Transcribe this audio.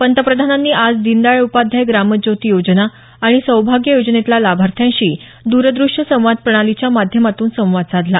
पंतप्रधानांनी आज दीनदयाळ उपाध्याय ग्रामज्योती योजना आणि सौभाग्य योजनेतल्या लाभाथ्यांशी द्रदृश्य संवाद प्रणालीच्या माध्यमातून संवाद साधला